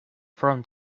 from